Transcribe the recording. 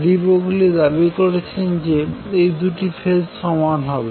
D Broglie দাবি করেছেন যে এই দুটি ফেজ সমান হবে